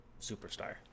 superstar